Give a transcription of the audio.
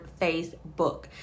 facebook